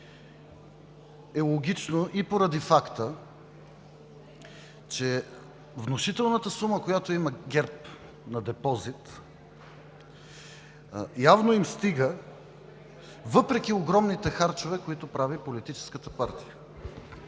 е логично и поради факта, че внушителната сума, която има ГЕРБ на депозит, явно им стига, въпреки огромните харчове, които прави политическата партия.